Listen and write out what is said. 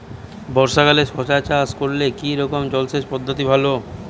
বর্ষাকালে শশা চাষ করলে কি রকম জলসেচ পদ্ধতি ভালো?